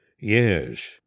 Yes